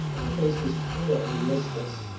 and her face was pale and listless.